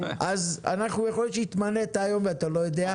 אז יכול להיות שהתמנית היום ואתה לא יודע.